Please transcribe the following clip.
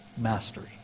mastery